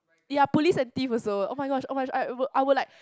ya police and thief also oh-my-gosh oh-my-gosh I I would like